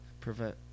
prevent